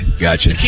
gotcha